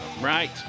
right